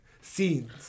scenes